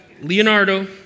Leonardo